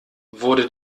wurde